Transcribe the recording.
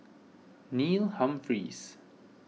Neil Humphreys